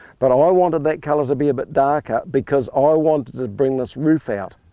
but um i wanted that colour to be a bit darker because i wanted to bring this roof out,